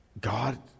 God